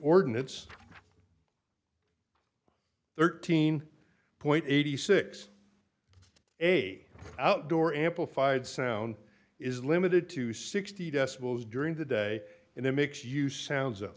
ordinance thirteen point eight six a outdoor amplified sound is limited to sixty decibels during the day and it makes you sound